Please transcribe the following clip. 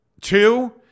Two